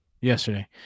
yesterday